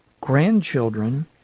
grandchildren